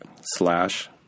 slash